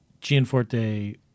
Gianforte